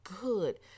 good